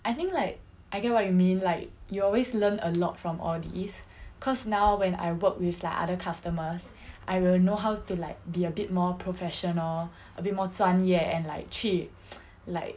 I think like I get what you mean like you always learn a lot from all these cause now when I work with like other customers I will know how to like be a bit more professional a bit more 专业 and like 去 like